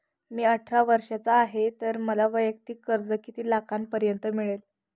मी अठरा वर्षांचा आहे तर मला वैयक्तिक कर्ज किती लाखांपर्यंत मिळेल?